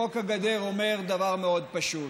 חוק הגדר אומר דבר מאוד פשוט.